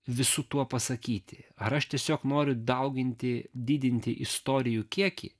visu tuo pasakyti ar aš tiesiog noriu dauginti didinti istorijų kiekį